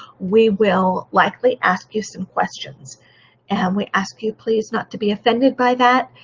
we will likely ask you some questions and we ask you please not to be offended by that.